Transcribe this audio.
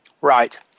Right